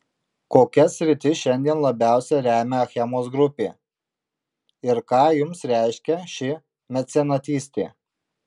kokias sritis šiandien labiausiai remia achemos grupė ir ką jums reiškia ši mecenatystė